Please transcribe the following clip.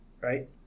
Right